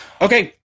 Okay